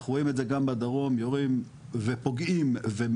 אנחנו רואים את זה גם בדרום, יורים ופוגעים גם